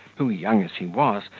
who, young as he was,